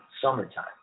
summertime